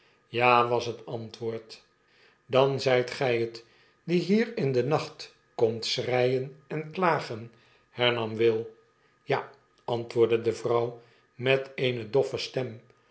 ja was het antwoord dan zyt gij het die hier in den nacht komt schreien en klagen hernam will ja antwoordde de vrouw met eene doffs stem